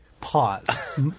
Pause